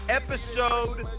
episode